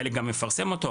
חלק גם מפרסם אותו,